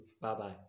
Bye-bye